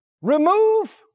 Remove